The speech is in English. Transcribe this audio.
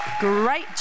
great